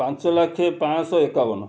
ପାଞ୍ଚ ଲକ୍ଷ ପାଞ୍ଚଶହ ଏକାବନ